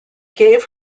gave